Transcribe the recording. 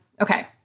Okay